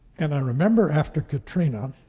and i remember after katrina,